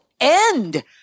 end